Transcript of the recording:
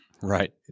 right